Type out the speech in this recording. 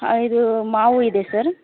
ಹಾಂ ಇದು ಮಾವು ಇದೆ ಸರ್